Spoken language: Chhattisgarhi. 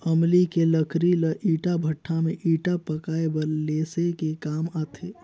अमली के लकरी ल ईटा भट्ठा में ईटा पकाये बर लेसे के काम आथे